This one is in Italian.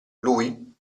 lui